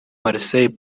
marseille